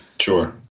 Sure